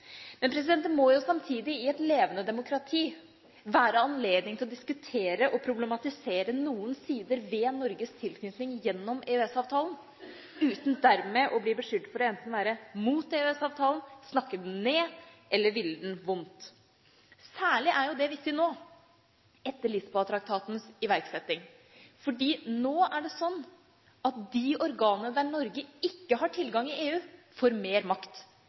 Det må samtidig i et levende demokrati være anledning til å diskutere og problematisere noen sider ved Norges tilknytning gjennom EØS-avtalen uten dermed å bli beskyldt for enten å være mot EØS-avtalen, snakke den ned eller ville den vondt. Særlig er det viktig nå etter Lisboa-traktatens iverksetting, for nå er det sånn at de organene i EU der Norge ikke har tilgang, får mer makt.